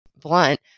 blunt